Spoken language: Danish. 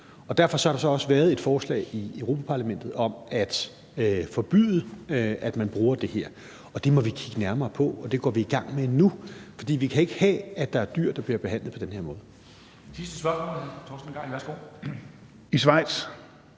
derfor har der så også været et forslag i Europa-Parlamentet om at forbyde, at man bruger det her. Det må vi kigge nærmere på, og det går vi i gang med nu, for vi kan ikke have, at der er dyr, der bliver behandlet på den her måde.